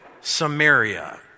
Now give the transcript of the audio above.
Samaria